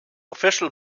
official